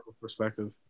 Perspective